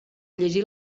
llegir